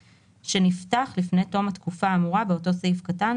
שנפתח לפני תום התקופה האמורה באותו סעיף קטן,